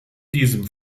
diesem